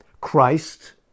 Christ